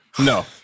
No